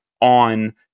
on